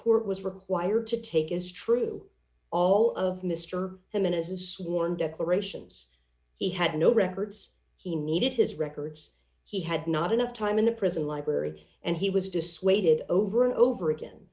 court was required to take is true all of mr and mrs sworn declarations he had no records he needed his records he had not enough time in the prison library and he was dissuaded over and over again